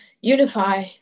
unify